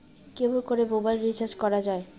কেমন করে mobile recharge করা য়ায়?